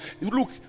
look